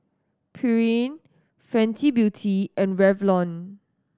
Pureen Fenty Beauty and Revlon